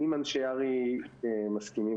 אם אנשי הר"י מסכימים,